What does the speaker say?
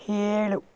ಹೇಳು